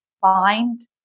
find